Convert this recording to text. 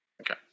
Okay